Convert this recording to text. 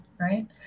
right